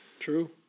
True